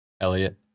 Elliot